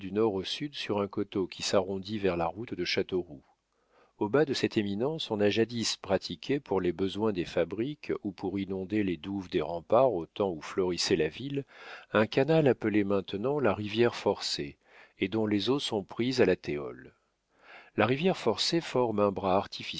au sud sur un coteau qui s'arrondit vers la route de châteauroux au bas de cette éminence on a jadis pratiqué pour les besoins des fabriques ou pour inonder les douves des remparts au temps où florissait la ville un canal appelé maintenant la rivière forcée et dont les eaux sont prises à la théols la rivière forcée forme un bras